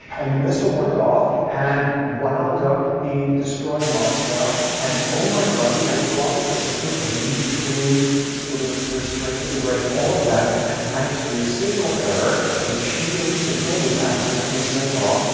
and the missile went off, and wound up destroying moscow. and oh my god, we had a cooperative system of mutually sort of restraint of aggression, all of that. and thanks to a signal error, a cheating signal was accidentally sent off.